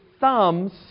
thumbs